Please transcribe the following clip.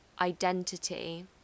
identity